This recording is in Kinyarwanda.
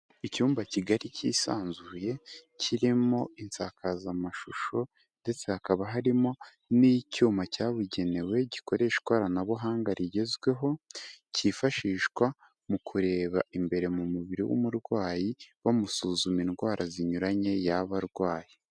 Icyumba kigari cyisanzuye kirimo insakazamashusho ndetse hakaba harimo n'icyuma cyabugenewe gikoresha ikoranabuhanga rigezweho, cyifashishwa mu kureba imbere mu mubiri w'umurwayi bamusuzuma indwara zinyuranye yaba arwaye.